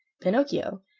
pinocchio,